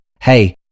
hey